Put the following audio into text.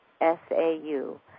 S-A-U